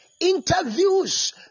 interviews